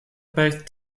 both